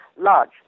large